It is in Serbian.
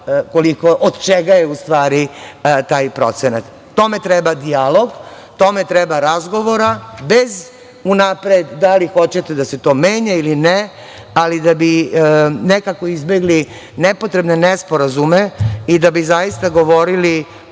od čega je u stvari taj procenat. Tome treba dijalog, tome treba razgovora, bez unapred da li hoćete da se to menja ili ne. Da bi nekako izbegli nepotrebne nesporazume i da bi zaista govorili